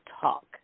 talk